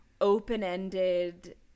open-ended